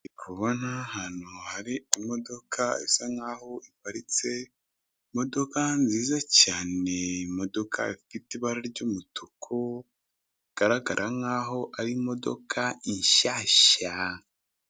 Ndabona ahantu hari imodoka isa nk'aho iparitse, imodoka nziza cyane, imodoka ifite ibara ry'umutuku, bigaragara nk'aho ari imodoka inshyashya.